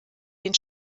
den